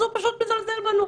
אז הוא פשוט מזלזל בנו.